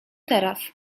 teraz